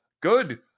good